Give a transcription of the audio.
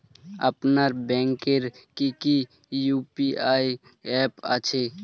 আপনার ব্যাংকের কি কি ইউ.পি.আই অ্যাপ আছে?